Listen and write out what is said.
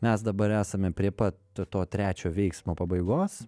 mes dabar esame prie pat to trečio veiksmo pabaigos